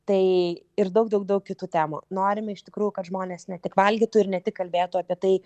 tai ir daug daug daug kitų temų norime iš tikrųjų kad žmonės ne tik valgytų ir ne tik kalbėtų apie tai